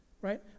right